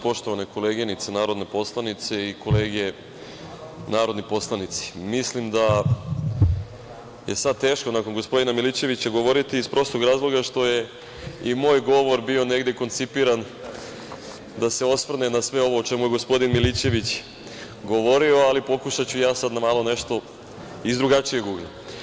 Poštovane koleginice narodne poslanice i kolege narodni poslanici, mislim da je sada teško nakon gospodina Milićevića govoriti iz prostog razloga što je i moj govor bio negde koncipiran da se osvrne na sve ovo o čemu je gospodin Milićević govorio, ali pokušaću ja sada malo nešto iz drugačijeg ugla.